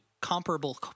comparable